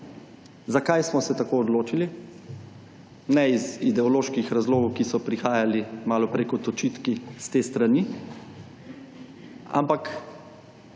Zakaj smo se tako odločili? Ne iz ideoloških razlogov, ki so prihajali malo prej kot očitki s te strani, ampak,